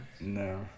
No